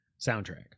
soundtrack